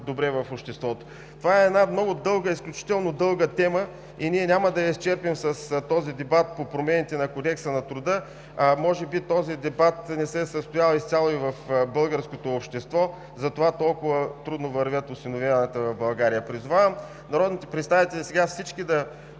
добре в обществото. Това е една изключително дълга тема и ние няма да я изчерпим с този дебат по промените на Кодекса на труда. Може би този дебат не се е състоял изцяло и в българското общество, затова толкова трудно вървят осиновяванията в България. Призовавам народните